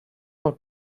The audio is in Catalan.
pel